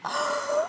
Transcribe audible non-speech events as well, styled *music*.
*breath*